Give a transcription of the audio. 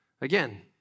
Again